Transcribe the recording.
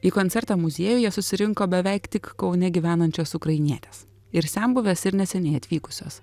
į koncertą muziejuje susirinko beveik tik kaune gyvenančios ukrainietės ir senbuvės ir neseniai atvykusios